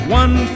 one